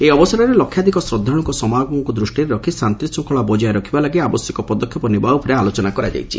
ଏହି ଅବସରରେ ଲକ୍ଷାଧିକ ଶ୍ରଦ୍ଧାଳୁଙ୍କ ସମାଗମକୁ ଦୃଷ୍ଟିରେ ରଖି ଶାତ୍ତିଶୃଙ୍କଳା ବଜାୟ ରଖିବା ଲାଗି ଆବଶ୍ୟକ ପଦକ୍ଷେପ ନେବା ଉପରେ ଆଲୋଚନା କରାଯାଇଛି